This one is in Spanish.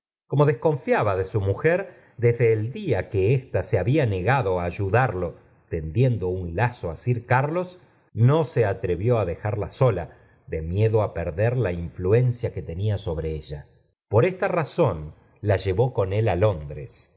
como desconfiaba de su mujer desdi el día que ésta se había negado á ayudarlo tendiendo un lazo á sir carlos no se atrevió ii dejarla sola de miedo de perder la influencia que tenía sobre ella por esta razón la llevó con él á londres